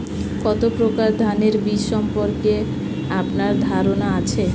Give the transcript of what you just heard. কত প্রকার ধানের বীজ সম্পর্কে আপনার ধারণা আছে?